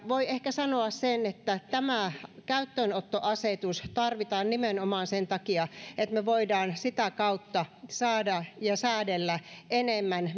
voi ehkä sanoa että tämä käyttöönottoasetus tarvitaan nimenomaan sen takia että me voimme sitä kautta säädellä enemmän